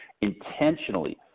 intentionally